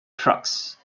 trucks